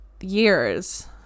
years